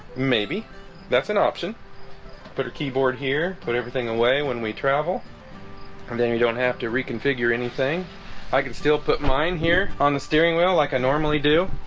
maybe that's an option put a keyboard here put everything away when we travel and um then you don't have to reconfigure anything i can still put mine here on the steering wheel like i normally do